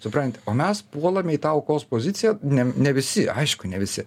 supranti o mes puolame į tą aukos poziciją nem ne visi aišku ne visi